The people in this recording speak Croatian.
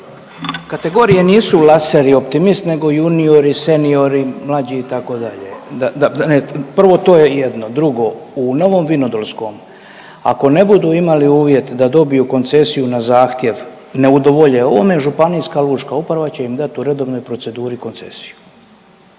Kategorije nisu laser i optimist nego juniori, seniori, mlađi itd., da prvo to je jedno. Drugo, u Novom Vinodolskom ako ne budu imali uvjete da dobiju koncesiju na zahtjev, ne udovolje ovome Županijska lučka uprava će im dat u redovnoj proceduri koncesiju.